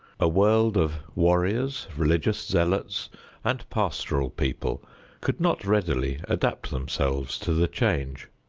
a world of warriors, religious zealots and pastoral people could not readily adapt themselves to the change.